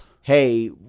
hey